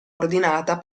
ordinata